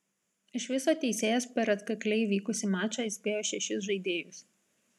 iš viso teisėjas per atkakliai vykusį mačą įspėjo šešis žaidėjus